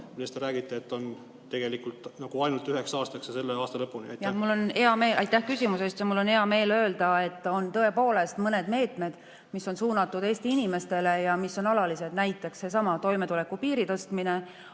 te räägite, et see on tegelikult ainult üheks aastaks, selle aasta lõpuni? Aitäh küsimuse eest! Mul on hea meel öelda, et on tõepoolest mõned meetmed, mis on suunatud Eesti inimestele ja mis on alalised. Näiteks seesama toimetuleku piiri tõstmine.